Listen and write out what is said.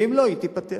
ואם לא, היא תיפתר.